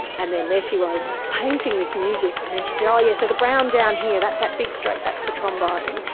and then there she was painting this music, and then she said, oh yes so the brown down here, that's that big stroke, that's the trombone.